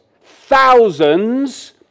Thousands